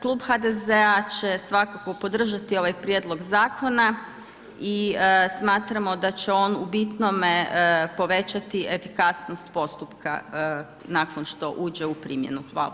Klub HDZ-a će svakako podržati ovaj prijedlog zakona i smatramo da će on u bitnom povećati efikasnost postupka nakon što uđe u primjenu, hvala.